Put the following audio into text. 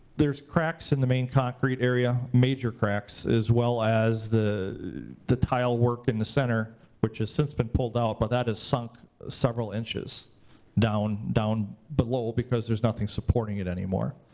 there's cracks in the main concrete area, major cracks, as well as the the tile work in the center, which has since been but pulled out, but that has sunk several inches down, down below because there's nothing supporting it anymore.